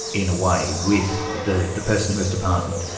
in a way, with the the person who has departed.